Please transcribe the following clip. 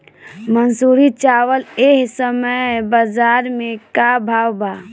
मंसूरी चावल एह समय बजार में का भाव बा?